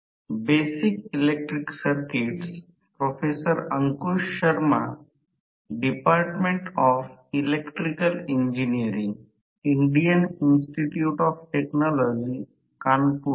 गोष्ट अशी आहे की रोटर स्वतःच शॉर्ट सर्किट केला जातो नंतर तो स्टेटर च्या चुंबकीय क्षेत्राच्या दिशेने सरकतो